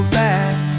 back